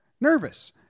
nervous